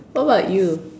what about you